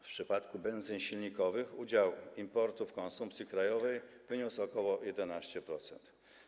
W przypadku benzyn silnikowych udział importu w konsumpcji krajowej wyniósł ok. 11%.